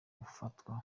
ufatwa